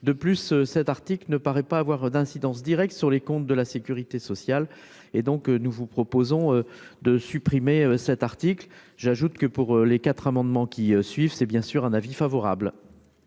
de plus, cet article ne paraît pas avoir d'incidence directe sur les comptes de la Sécurité sociale et donc, nous vous proposons de supprimer cet article, j'ajoute que pour les quatre amendements qui suivent, c'est bien sûr un avis favorable.